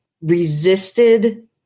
resisted